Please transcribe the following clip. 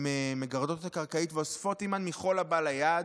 הן מגרדות את הקרקעית ואוספות עימן מכל הבא ליד,